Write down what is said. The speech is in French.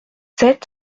sept